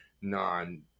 non